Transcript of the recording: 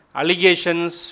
allegations